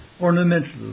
ornamental